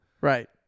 Right